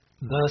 Thus